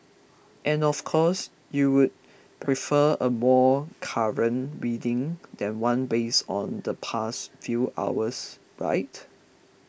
and of course you would prefer a more current reading than one based on the past few hours right